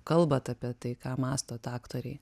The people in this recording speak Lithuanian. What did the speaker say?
kalbat apie tai ką mąstot aktoriai